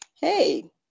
Hey